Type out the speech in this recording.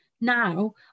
Now